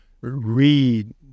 Read